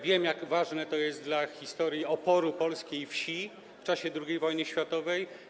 Wiem, jak ważne to jest dla historii oporu polskiej wsi w czasie drugiej wojny światowej.